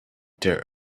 their